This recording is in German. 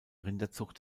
rinderzucht